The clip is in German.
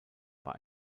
bei